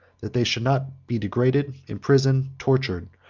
that they should not be degraded, imprisoned, tortured,